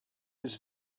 his